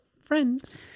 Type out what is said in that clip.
friends